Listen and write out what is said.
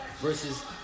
versus